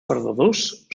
perdedors